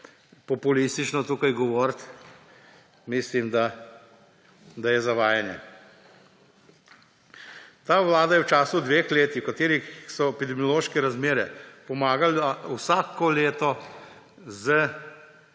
populistično govoriti, mislim, da je zavajanje. Ta vlada je v času dveh let epidemioloških razmer pomagala vsako leto z